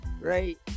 right